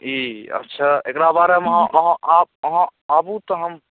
ई अच्छा एकरा बारेमे अहाँ अहाँ आबू तऽ हम